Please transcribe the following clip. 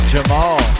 Jamal